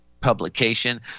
publication